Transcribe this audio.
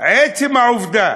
עצם העובדה